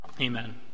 Amen